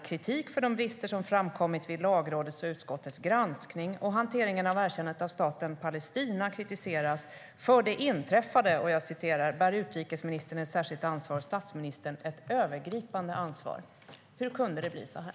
kritik för de brister som framkommit vid Lagrådets och utskottets granskning", och hanteringen av erkännandet av Staten Palestina kritiseras genom orden: "För det inträffade bär utrikesministern ett särskilt ansvar och statsministern ett övergripande ansvar". Hur kunde det bli så här?